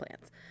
plans